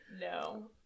No